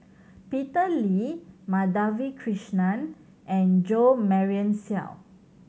Peter Lee Madhavi Krishnan and Jo Marion Seow